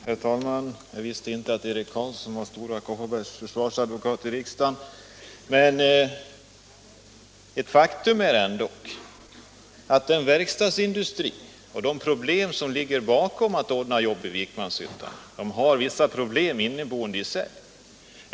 Herr talman! Jag visste inte att Eric Carlsson var Stora Kopparbergs försvarsadvokat i riksdagen. Men ett faktum är att verkstadsindustrin i Vikmanshyttan har problem att ordna jobb.